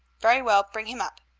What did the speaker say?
very well bring him up.